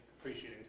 appreciating